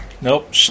Nope